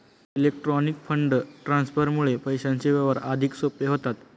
electronic fund ट्रान्सफरमुळे पैशांचे व्यवहार अधिक सोपे होतात